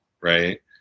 Right